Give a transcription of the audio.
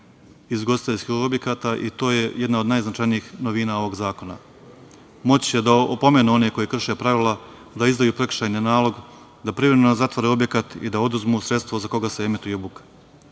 iz ugostiteljskih objekata i to je jedna od najznačajnijih novina ovog zakona. Moći će da opomenu one koji krše pravila, da izdaju prekršajni nalog, da privremeno zatvore objekat i da oduzmu sredstvo sa koga se emituje